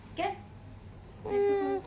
um chivas or martell